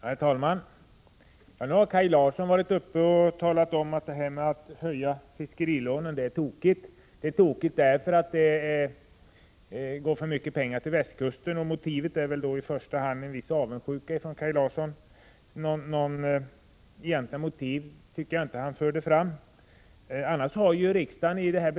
Herr talman! Kaj Larsson har talat om att höjningen av anslaget till fiskerilån är tokig, därför att det går för mycket pengar till västkusten. Motivet är väl i första hand en viss avundsjuka hos Kaj Larsson — jag tyckte inte att han förde fram några egentliga motiv.